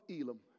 Elam